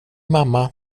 mamma